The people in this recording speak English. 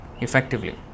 effectively